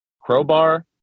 Crowbar